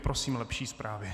Prosím lepší zprávy.